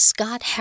Scott